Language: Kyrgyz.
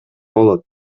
болот